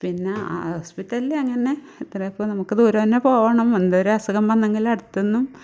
പിനെ ഹോസ്പിറ്റലിൽ അങ്ങനെ ഇത്രയൊക്കെ നമുക്ക് ദൂരം തന്നെ പോകണം എന്തോരോ അസുഖം വന്നെങ്കിൽ അടുത്തൊന്നും